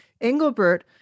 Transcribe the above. Engelbert